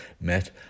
met